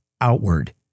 outward